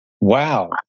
Wow